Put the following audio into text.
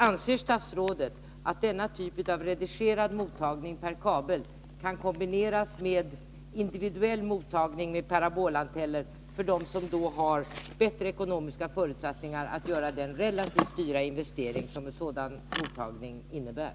Anser statsrådet att denna typ av redigerad mottagning per kabel kan kombineras med individuell mottagning med parabolantenner för dem som har bättre ekonomiska förutsättningar att göra den relativt dyra investering som en sådan mottagning innebär?